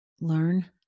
Learn